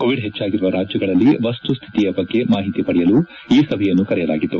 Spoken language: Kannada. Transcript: ಕೋವಿಡ್ ಹೆಚ್ಚಾಗಿರುವ ರಾಜ್ಯಗಳಲ್ಲಿ ಮಸ್ತುಕ್ಕಿತಿಯ ಬಗ್ಗೆ ಮಾಹಿತಿ ಪಡೆಯಲು ಈ ಸಭೆಯನ್ನು ಕರೆಯಲಾಗಿತ್ತು